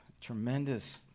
tremendous